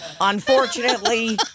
unfortunately